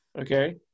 okay